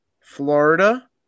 Florida